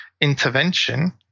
intervention